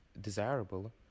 desirable